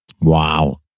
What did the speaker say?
wow